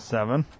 Seven